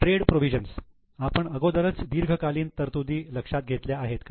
trade provisions आपण अगोदरच दीर्घकालीन तरतुदी लक्षात घेतल्या आहेत का